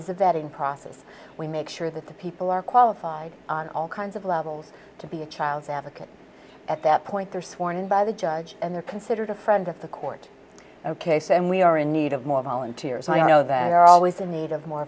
is a vetting process we make sure that the people are qualified on all kinds of levels to be a child's advocate at that point they're sworn in by the judge and they're considered a friend of the court case and we are in need of more volunteers i know that are always in need of more